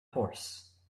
horse